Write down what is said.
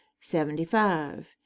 Seventy-five